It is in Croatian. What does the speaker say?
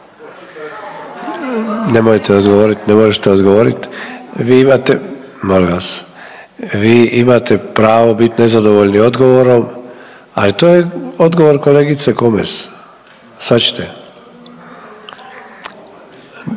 Nemojte odgovorit. Ne možete odgovorit. Vi imate, molim vas. Vi imate pravo bit nezadovoljni odgovorom, ali to je odgovor kolegice Komes. Shvaćate?